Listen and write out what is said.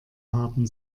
haben